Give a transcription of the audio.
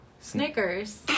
Snickers